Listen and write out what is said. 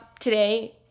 Today